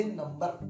number